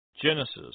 Genesis